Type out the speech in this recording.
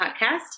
podcast